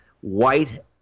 White